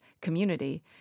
community